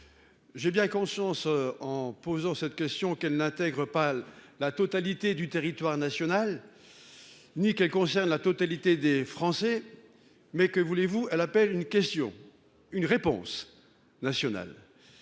J'ai bien conscience en posant cette question, qu'elle n'intègre pâle la totalité du territoire national. Ni qu'elle concerne la totalité des Français. Mais que voulez-vous. Elle appelle une question, une réponse nationale.